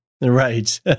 Right